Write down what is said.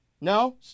No